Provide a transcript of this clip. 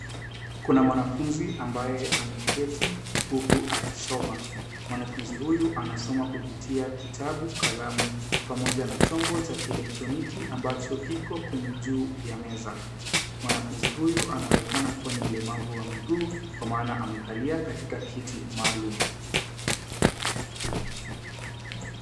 Kuna mwanafunzi ambaye ameketi huku akisoma. Mwanafunzi huyu anasoma kupitia kitabu kalamu pamoja na chombo cha kielektroniki ambacho kiko kwenye juu ya meza. Mwanafunzi huyu anaonekana kuwa ni mlemavu wa miguu kwa maana amekalia katika kiti maalum.